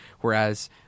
Whereas